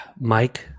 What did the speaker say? Mike